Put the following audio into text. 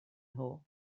nhw